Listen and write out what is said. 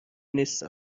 نیستم